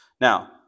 now